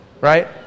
right